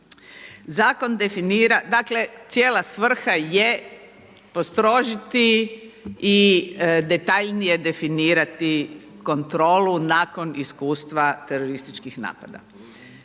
Dakle cijela svrha je postrožiti i detaljnije definirati kontrolu nakon iskustva terorističkih napada.